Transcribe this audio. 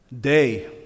Day